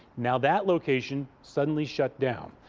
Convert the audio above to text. now that location suddenly shut down.